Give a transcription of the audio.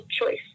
choice